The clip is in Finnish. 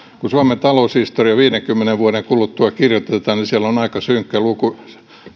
kun suomen taloushistoria viidenkymmenen vuoden kuluttua kirjoitetaan niin siellä on aika synkkä luku